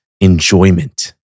enjoyment